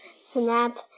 snap